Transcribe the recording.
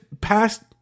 past